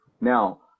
now